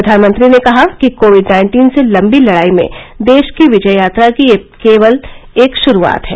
प्रधानमंत्री ने कहा कि कोविड नाइन्टीन से लंबी लडाई में देश की विजय यात्रा की यह केवल एक शुरुआत है